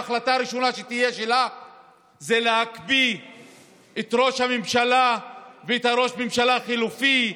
ההחלטה הראשונה שלה תהיה להקפיא את ראש הממשלה ואת ראש הממשלה החליפי,